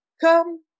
come